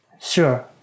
Sure